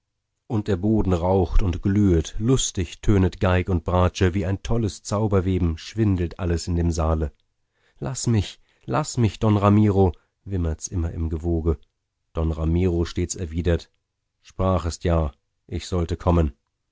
und der boden raucht und glühet lustig tönet geig und bratsche wie ein tolles zauberweben schwindelt alles in dem saale laß mich laß mich don ramiro wimmerts immer im gewoge don ramiro stets erwidert sprachest ja ich sollte kommen